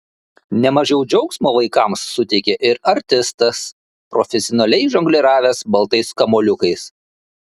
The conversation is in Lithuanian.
ne mažiau džiaugsmo vaikams suteikė ir artistas profesionaliai žongliravęs baltais kamuoliukais